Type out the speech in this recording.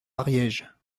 ariège